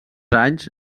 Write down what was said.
anys